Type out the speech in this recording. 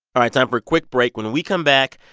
all right. time for a quick break. when we come back,